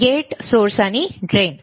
gate source drain